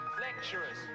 lecturers